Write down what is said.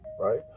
Right